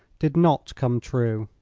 did not come true.